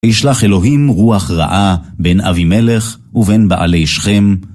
וישלח אלוהים רוח רעה בין אבימלך ובין בעלי שכם